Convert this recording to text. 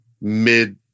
mid